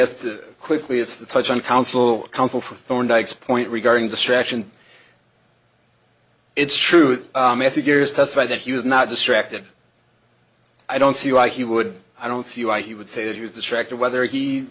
to quickly it's the touch on counsel counsel for thorndyke's point regarding distraction it's true that the gears testified that he was not distracted i don't see why he would i don't see why he would say that he was distracted whether he